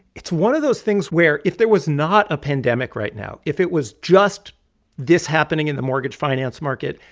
it's one of those things where, if there was not a pandemic right now if it was just this happening in the mortgage finance market,